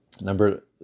Number